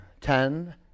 ten